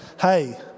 hey